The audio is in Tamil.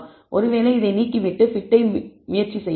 ஒருவேளை இதை நீக்கிவிட்டு பிட்ஐ முயற்சி செய்யலாம்